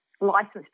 licensed